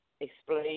explain